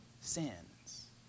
sins